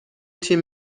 تیم